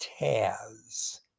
Taz